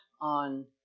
on